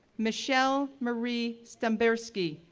michelle marie stomberski,